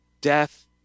death